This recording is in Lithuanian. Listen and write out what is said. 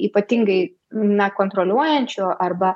ypatingai na kontroliuojančio arba